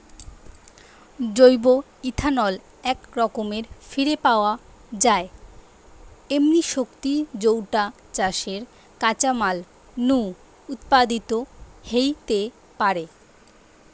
জৈব ইথানল একরকম ফিরে পাওয়া যায় এমনি শক্তি যৌটা চাষের কাঁচামাল নু উৎপাদিত হেইতে পারে